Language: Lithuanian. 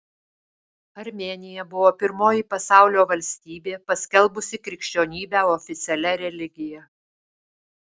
armėnija buvo pirmoji pasaulio valstybė paskelbusi krikščionybę oficialia religija